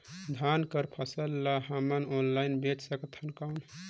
धान कर फसल ल हमन ऑनलाइन बेच सकथन कौन?